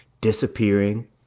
disappearing